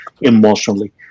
emotionally